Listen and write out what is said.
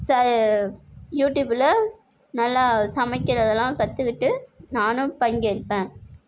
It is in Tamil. ச யூடியூபில் நல்லா சமைக்கிறதெல்லாம் கற்றுக்குட்டு நானும் பங்கேற்பேன்